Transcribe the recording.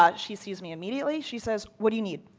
ah she sees me immediately. she says what do you need?